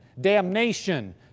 Damnation